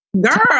Girl